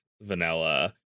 Vanilla